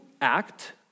act